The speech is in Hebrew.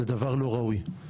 זה דבר לא ראוי.